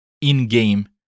in-game